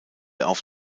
auf